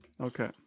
Okay